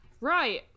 Right